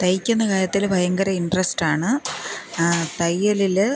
തയ്ക്കുന്ന കാര്യത്തിൽ ഭയങ്കര ഇന്ട്രെസ്റ്റ് ആണ് തയ്യലിൽ